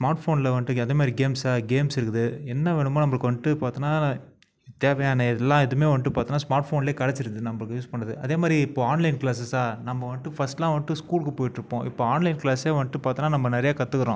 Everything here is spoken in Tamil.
ஸ்மார்ட் ஃபோனில் வந்துட்டு எதுமாரி கேம்ஸா கேம்ஸ் இருக்குது என்ன வேணுமோ நம்மளுக்கு வந்துட்டு பார்த்தோனா தேவையான எல்லா இதுவுமே வந்துட்டு பார்த்தோம்னா ஸ்மார்ட் ஃபோன்லேயே கிடச்சிறுது நம்மளுக்கு யூஸ் பண்ணுறது அதேமாரி இப்போது ஆன்லைன் க்ளாஸஸ்ஸா நம்ம வந்துட்டு ஃபஸ்ட்லாம் வந்துட்டு ஸ்கூல்க்கு போயிட்டு இருப்போம் இப்போ ஆன்லைன் கிளாஸே வந்துட்டு பார்த்தோம்னா நம்ம நிறையா கற்றுகுறோம்